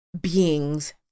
beings